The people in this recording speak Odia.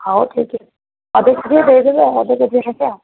ହଉ ଠିକ୍ଅଛି ଅଧକେଜିଏ ଦେଇଦେବେ ଆଉ ଅଧକେଜିଏ ନେବି ଆଉ